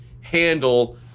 handle